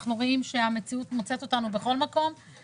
אנחנו רואים שהמציאות מוצאת אותנו בכל מקום,